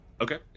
okay